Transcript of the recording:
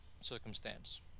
circumstance